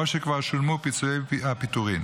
או שכבר שולמו פיצויי הפיטורים.